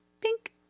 pink